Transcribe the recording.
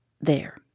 There